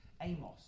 amos